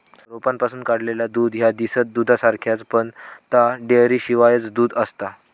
रोपांपासून काढलेला दूध ह्या दिसता दुधासारख्याच, पण ता डेअरीशिवायचा दूध आसता